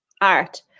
art